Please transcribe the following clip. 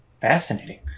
Fascinating